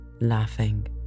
laughing